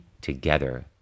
together